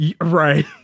Right